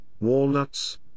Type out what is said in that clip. walnuts